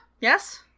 Yes